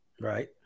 Right